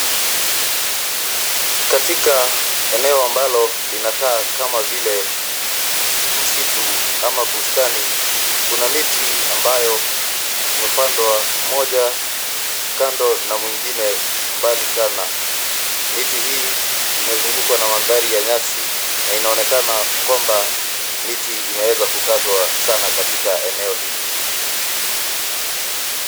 Katika eneo ambalo linakaa kama vile msitu ama bustani kuna miti ambayo imepandwa moja kando na mwingine mbali sana. Miti hii imezugukwa na mandhari ya nyasi na inaonekana kwamba miti inaweza kukatwa sana katika eneo hili.